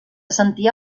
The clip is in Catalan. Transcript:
sentia